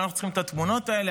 מה אנחנו צריכים את התמונה האלה?